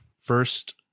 first